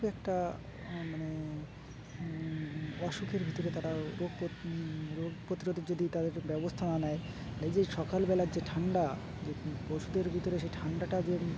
খুব একটা মানে অসুখের ভিতরে তারা রোগ রোগ প্রতিরোধের যদি তাদের ব্যবস্থা না নেয় এই যে সকালবেলার যে ঠান্ডা যে পশুদের ভিতরে সেই ঠান্ডাটা যে